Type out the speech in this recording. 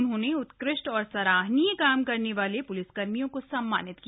उन्होंने उत्कृष्ट और सराहनीय काम करने वाले प्लिसकर्मियों को सम्मानित किया